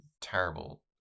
terrible